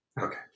okay